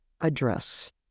address